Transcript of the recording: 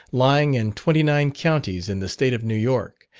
lying in twenty-nine counties in the state of new york,